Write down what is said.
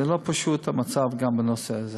זה לא פשוט, המצב, גם בנושא הזה.